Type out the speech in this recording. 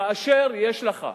כאשר יש לך,